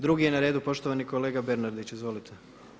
Drugi je na redu poštovani kolega Bernardić, izvolite.